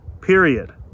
period